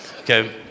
Okay